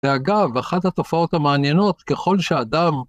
ואגב, אחת התופעות המעניינות ככל שאדם...